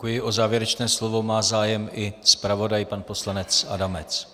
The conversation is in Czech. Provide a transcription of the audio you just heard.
O závěrečné slovo má zájem i zpravodaj pan poslanec Adamec.